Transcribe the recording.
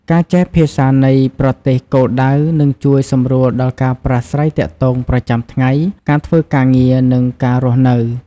ការចេះភាសានៃប្រទេសគោលដៅនឹងជួយសម្រួលដល់ការប្រាស្រ័យទាក់ទងប្រចាំថ្ងៃ ការធ្វើការងារ និងការរស់នៅ។